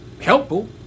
helpful